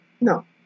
No